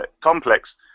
complex